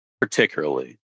particularly